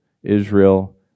Israel